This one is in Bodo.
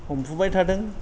हमफुबाय थादों